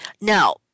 Now